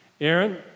Aaron